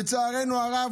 לצערנו הרב,